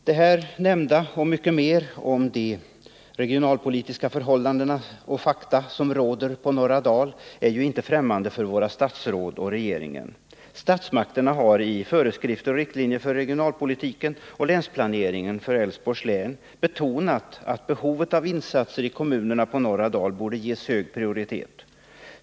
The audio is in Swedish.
Det nämnda och mycket mer fakta som rör de regionalpolitiska förhållandena på norra Dal är inte fftämmande för våra statsråd. Statsmakterna har i föreskrifter och riktlinjer för regionalpolitiken och i länsplaneringen för Älvsborgs län betonat, att insatser i kommunerna på norra Dal borde ges hög prioritet.